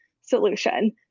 solution